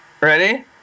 Ready